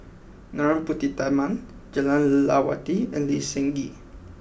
Narana Putumaippittan Jah Lelawati and Lee Seng Gee